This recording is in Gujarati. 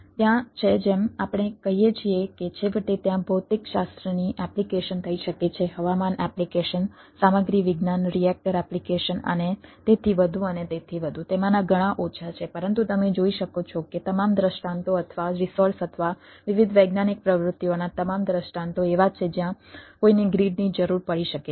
ત્યાં છે જેમ આપણે કહીએ છીએ કે છેવટે ત્યાં ભૌતિકશાસ્ત્રની એપ્લિકેશન થઈ શકે છે હવામાન એપ્લિકેશન સામગ્રી વિજ્ઞાન રિએક્ટર એપ્લિકેશન અને તેથી વધુ અને તેથી વધુ તેમાંના ઘણા ઓછા છે પરંતુ તમે જોઈ શકો છો કે તમામ દૃષ્ટાંતો અથવા રિસોર્સ અથવા વિવિધ વૈજ્ઞાનિક પ્રવૃત્તિઓના તમામ દૃષ્ટાંતો એવા છે જ્યાં કોઈને ગ્રીડની જરૂર પડી શકે છે